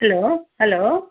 hello hello